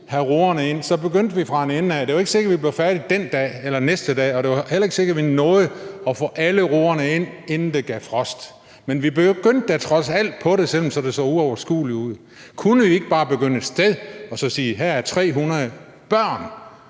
have roerne ind, begyndte vi fra en ende af. Det var ikke sikkert, vi blev færdige den dag eller næste dag, og det var heller ikke sikkert, at vi nåede at få alle roerne ind, inden det gav frost, men vi begyndte trods alt på det, selv om det så uoverskueligt ud. Kunne vi ikke bare begynde et sted og så sige: Her er 300 børn,